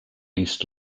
east